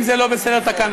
אם זה לא בסדר תקנונית,